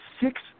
six